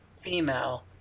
female